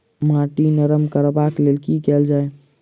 माटि नरम करबाक लेल की केल जाय?